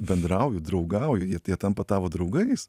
bendrauju draugauju jie jie tampa tavo draugais